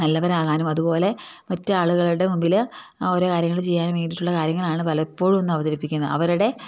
നല്ലവരാകാനും അതുപോലെ മറ്റു ആളുകളുടെ മുമ്പിൽ ഓരോ കാര്യങ്ങൾ ചെയ്യാൻ വേണ്ടിയിട്ടുള്ള കാര്യങ്ങളാണ് പലപ്പോഴും ഒന്നും അവതരിപ്പിക്കുന്നത് അവരുടെ